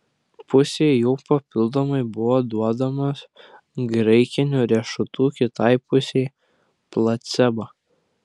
pusei jų papildomai buvo duodama graikinių riešutų kitai pusei placebo